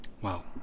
Wow